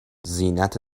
زینت